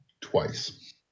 twice